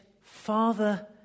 Father